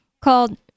called